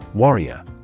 Warrior